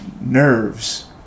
nerves